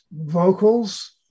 vocals